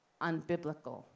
unbiblical